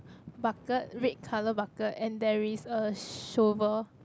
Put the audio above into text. bucket red colour bucket and there is a shovel